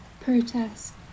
protest